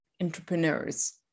entrepreneurs